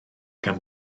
gan